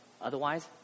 Otherwise